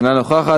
אינה נוכחת.